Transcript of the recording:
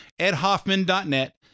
edhoffman.net